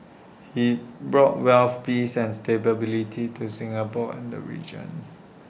he brought wealth peace and stability to Singapore and the region